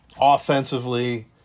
Offensively